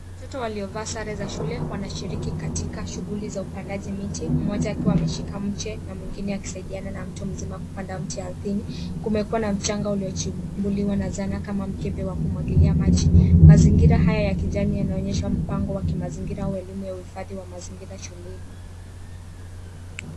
Watoto waliovaa sare za shule, wanashiriki katika shughuli za upandaji miti, mmoja akiwa ameshika mche, na mwingine akisaidiana na mtu mzima kupanda mti ardhini. Kumekua na mchanga uliochimbuliwa na zana kama mkebe wa kumwagilia maji. Mazingira haya ya kijani yanaonyesha mpango wa kimazingira au elimu ya uhifadhi wa mazingira shuleni.